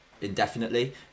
indefinitely